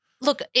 Look